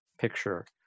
picture